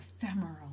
ephemeral